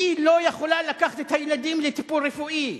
היא לא יכולה לקחת את הילדים לטיפול רפואי.